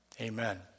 Amen